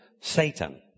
Satan